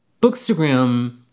Bookstagram